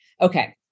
okay